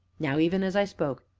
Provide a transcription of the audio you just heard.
now, even as i spoke,